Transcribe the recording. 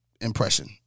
impression